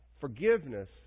Forgiveness